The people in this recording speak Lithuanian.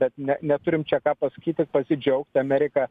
bet ne neturim čia ką pasakyt tik pasidžiaugti amerika